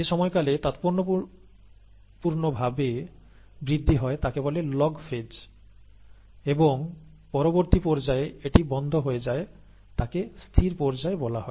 যে সময়কালে তাৎপর্যপূর্ণভাবে বৃদ্ধি হয় তাকে 'লগ ফেজ' বলে এবং পরবর্তী পর্যায়ে এটি বন্ধ হয়ে যায় তাকে 'স্থির পর্যায়' বলা হয়